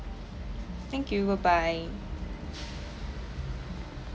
thank you bye-bye